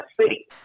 city